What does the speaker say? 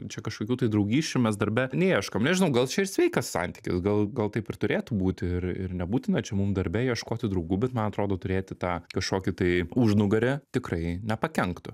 čia kažkokių tai draugysčių mes darbe neieškom nežinau gal čia ir sveikas santykis gal gal taip ir turėtų būti ir ir nebūtina čia mum darbe ieškoti draugų bet man atrodo turėti tą kažkokį tai užnugarį tikrai nepakenktų